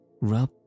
Rub